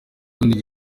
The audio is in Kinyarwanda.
burundi